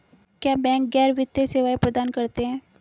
क्या बैंक गैर वित्तीय सेवाएं प्रदान करते हैं?